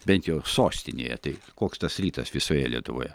bent jau sostinėje tai koks tas rytas visoje lietuvoje